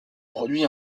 produit